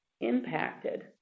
impacted